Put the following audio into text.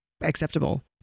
acceptable